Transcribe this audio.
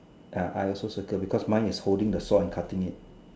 ah I also circle because mine is holding the saw and cutting it